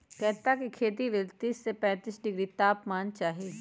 कैता के खेती लेल तीस से पैतिस डिग्री तापमान चाहि